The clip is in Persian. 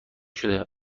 شده